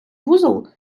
вузол